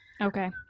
Okay